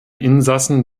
insassen